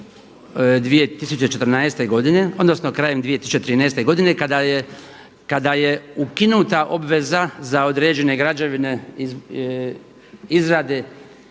2014. godine, odnosno krajem 2013. godine kada je ukinuta obveza za određene građevine izrade